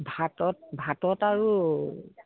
ভাতত ভাতত আৰু